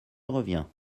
reviens